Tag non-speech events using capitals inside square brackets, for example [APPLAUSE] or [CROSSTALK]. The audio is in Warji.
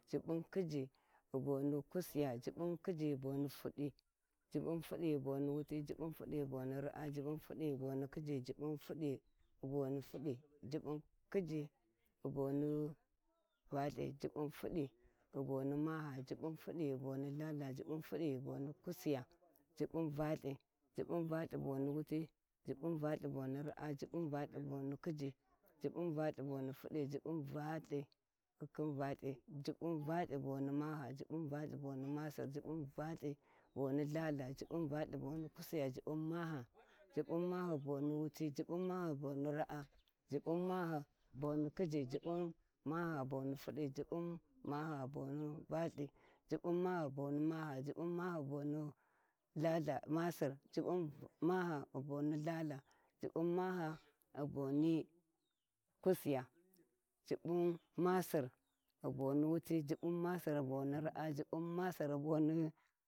Jibbun fudi ghi boni kusiya jibbun fudi [HESITATION] jibbun valth jibbun valthi boni wuti jibbun valthi gha boni raa jibbun valthi gha boni khiji jibbun valthi gha boni fudi jibbun valthi gha boni [HESITATION] jibbun valthi boni wut, jibbun valthi boni raa jibbun valthi boni khiji jibbun valthi boni fudi jibbun valthi bon maha jibbun valthi masir jibbun valthi boni lthaltha jibbun valthi boni lthaltha jibbun valthi boni wuti jibbun maha boni raa jibbun maha boni khiji jibbun maha boni fudi jibbun maha boni valthi jibbun maha boni masir jibbun maha boni lthaltha jibbun maha boni kusiya jibbun massi jibbun masir, boni wuti, jibbun masir boni raa jibbun masir bo.